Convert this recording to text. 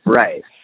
Right